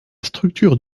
structure